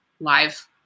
live